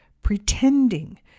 pretending